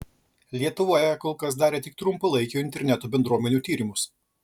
lietuvoje kol kas darė tik trumpalaikių interneto bendruomenių tyrimus